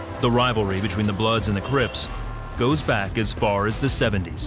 the rivalry between the bloods and the crips goes back as far as the seventy s.